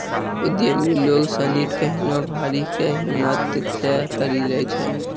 उद्यमि लोग सनी केहनो भारी कै हिम्मत से करी लै छै